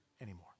anymore